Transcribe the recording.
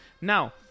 now